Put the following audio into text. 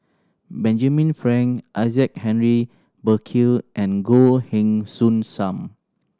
Benjamin Frank Isaac Henry Burkill and Goh Heng Soon Sam